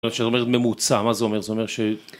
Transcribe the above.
זאת אומרת ממוצע מה זה אומר, זאת אומרת